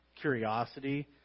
curiosity